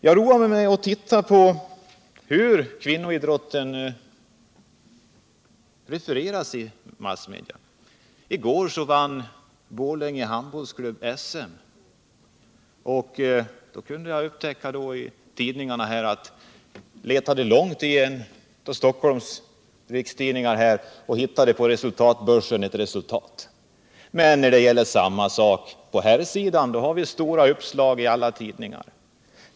Jag har roat mig med att titta på hur kvinnoidrotten refereras i massmedia. I går vann Borlänges kvinnliga handbollsklubb SM. Jag letade länge i en av rikstidningarna och hittade slutligen på resultatbörsen ett omnämnande av resultatet. Men när det gäller samma sak på herrsidan har man stora uppslag i alla tidningar.